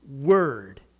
Word